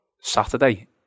Saturday